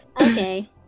Okay